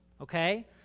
okay